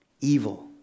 Evil